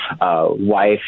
wife